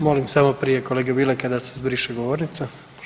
Molim samo prije kolege Bileka da se zbriše govornica.